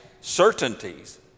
certainties